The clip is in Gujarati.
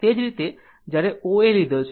એ જ રીતે જ્યારે આ O A લીધો છે